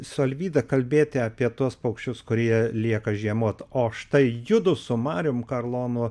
su alvyda kalbėti apie tuos paukščius kurie lieka žiemoti o štai judu su mariumi karlonu